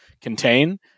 contain